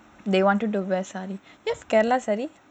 they wanted to wear saree